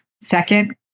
Second